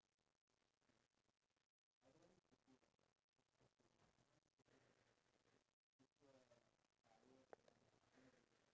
to tell them that like just because you're older you can't just expect to you know be given a seat in the train